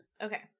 Okay